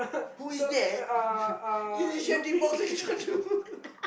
who is that is it